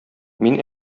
мин